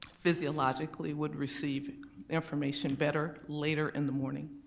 physiologically would receive information better later in the morning,